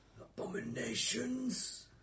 Abominations